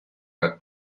but